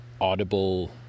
audible